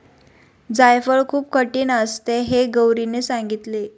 जायफळ खूप कठीण असते हे गौरीने सांगितले